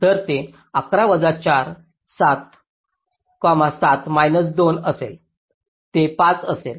तर ते 11 वजा 4 7 7 मैनास 2 असेल ते 5 असेल